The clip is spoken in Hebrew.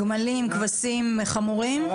גמלים, כבשים, חמורים?